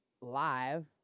live